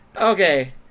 okay